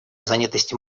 занятости